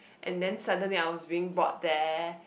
and then suddenly I was being brought there